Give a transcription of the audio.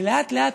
ולאט-לאט,